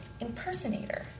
impersonator